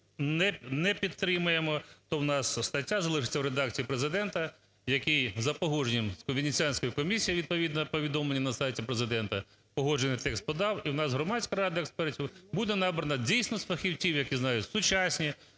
не підтримаємо, то у нас стаття залишиться в редакції Президента, який за погодженням з Венеціанською комісією відповідно повідомленню на сайті Президента погоджений текст подав, і у нас Громадська рада експертів буде набрана, дійсно, з фахівців, які знають сучасні